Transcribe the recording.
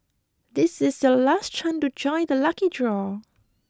this is your last chance to join the lucky draw